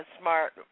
smart